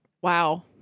Wow